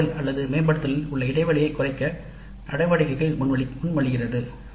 CO அடைதல் அல்லது மேம்படுத்துவதில் உள்ள இடைவெளியைக் குறைக்க நடவடிக்கைகளை முன்மொழிகிறது